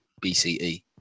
BCE